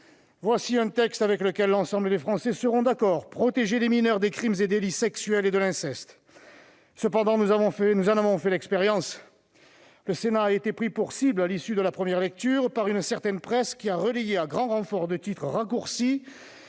voici un texte avec lequel l'ensemble des Français seront d'accord : protéger les mineurs des crimes et délits sexuels et de l'inceste. Cependant, nous en avons fait l'expérience, le Sénat a été pris pour cible à l'issue de la première lecture par une certaine presse qui a relayé à grand renfort de titres raccourcis